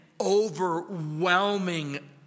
overwhelming